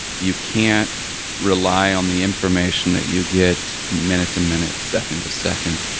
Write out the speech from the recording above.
you can't rely on the information that you get minute to minute, second to second.